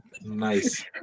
nice